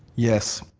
yes.